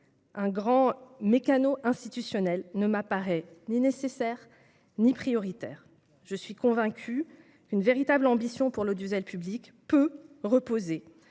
Un grand meccano institutionnel ne m'apparaît ni nécessaire ni prioritaire. Je suis convaincue qu'une véritable ambition pour l'audiovisuel public peut reposer